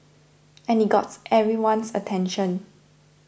and it got everyone's attention